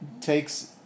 takes